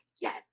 yes